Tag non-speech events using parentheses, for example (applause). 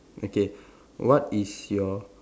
okay (breath) what is your